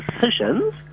decisions